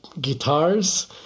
guitars